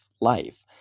life